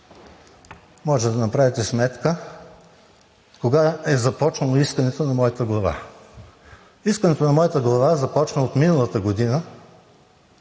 Може да направите сметка кога е започнало искането на моята глава. Искането на моята глава започна от миналата година